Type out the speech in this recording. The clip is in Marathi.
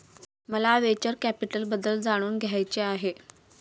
मला व्हेंचर कॅपिटलबद्दल जाणून घ्यायचे आहे